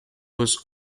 was